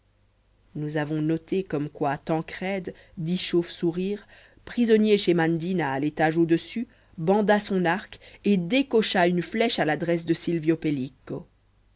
nous avons noté comme quoi tancrède dit chauve sourire prisonnier chez mandina à l'étage au-dessus banda son arc et décocha une flèche à l'adresse de silvio pellico